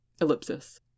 Ellipsis